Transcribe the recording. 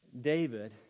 David